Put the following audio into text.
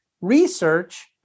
research